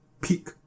peak